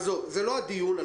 עזוב, זה לא הדיון.